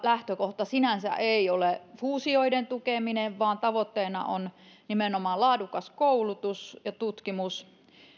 lähtökohta sinänsä ei ole fuusioiden tukeminen vaan tavoitteena on nimenomaan laadukas koulutus ja tutkimus